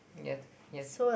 yes yes